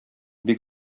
бик